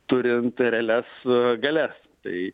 turint realias galias tai